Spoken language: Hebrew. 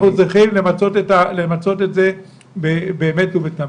אנחנו צריכים למצות את זה באמת ובתמים.